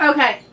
Okay